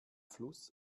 fluss